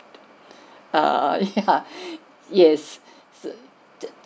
err yeah yes